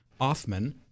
Offman